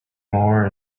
more